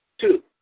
two